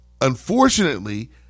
Unfortunately